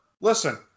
listen